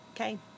Okay